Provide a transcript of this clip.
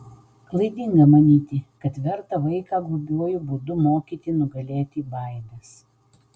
klaidinga manyti kad verta vaiką grubiuoju būdu mokyti nugalėti baimes